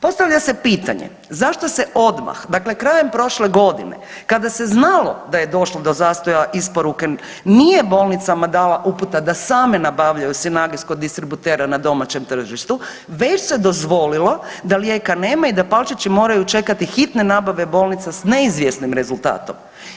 Postavlja se pitanje, zašto se odmah, dakle krajem prošle godine kada se znalo da je došlo do zastoja isporuke nije bolnicama dala uputa da same nabavljaju Synagis kod distributera na domaćem tržištu već se dozvolilo da lijeka nema i da Palčići moraju čekati hitne nabave bolnica s neizvjesnim rezultatom.